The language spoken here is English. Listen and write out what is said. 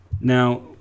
Now